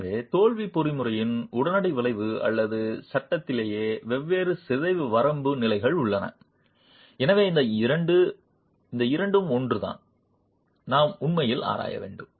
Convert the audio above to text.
எனவே தோல்வி பொறிமுறையின் உடனடி விளைவு அல்லது சட்டத்திலேயே வெவ்வேறு சிதைவு வரம்பு நிலைகள் உள்ளன எனவே இந்த இரண்டும் ஒன்றுதான் நாம் உண்மையில் ஆராய வேண்டும்